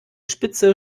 spitze